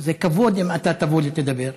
זה כבוד אם אתה תבוא ותדבר,